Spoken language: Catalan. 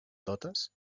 totes